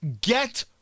Get